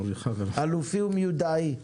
אלופי ומיודעי.